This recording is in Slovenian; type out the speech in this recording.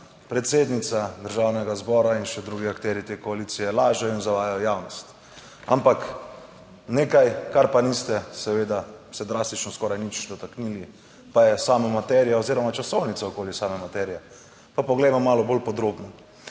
predsednica Državnega zbora in še drugi akterji te koalicije lažejo in zavajajo javnost. Ampak nekaj, kar pa niste seveda se drastično skoraj nič dotaknili pa je sama materija oziroma časovnica okoli same materije. Pa poglejmo malo bolj podrobno.